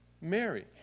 Mary